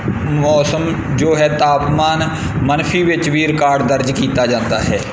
ਮੌਸਮ ਜੋ ਹੈ ਤਾਪਮਾਨ ਮਨਫੀ ਵਿੱਚ ਵੀ ਰਿਕਾਰਡ ਦਰਜ ਕੀਤਾ ਜਾਂਦਾ ਹੈ